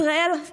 ישראל,